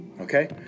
Okay